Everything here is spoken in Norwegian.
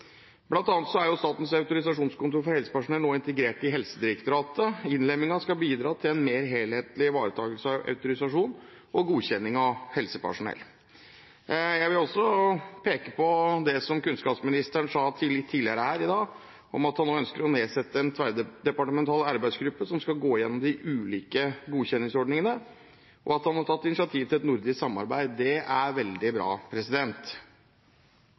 Helsedirektoratet. Innlemmingen skal bidra til en mer helhetlig ivaretakelse av autorisasjon og godkjenning av helsepersonell. Jeg vil også peke på det som kunnskapsministeren sa tidligere her i dag om at han nå ønsker å nedsette en tverrdepartemental arbeidsgruppe som skal gå gjennom de ulike godkjenningsordningene, og at han har tatt initiativ til et nordisk samarbeid. Det er veldig bra.